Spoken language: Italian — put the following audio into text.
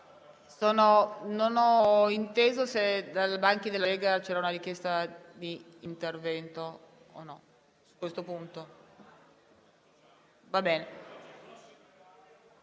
Non ho inteso se dai banchi della Lega c'è o no una richiesta di intervento su